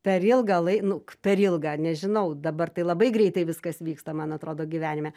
per ilgą lai nu per ilgą nežinau dabar tai labai greitai viskas vyksta man atrodo gyvenime